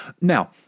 now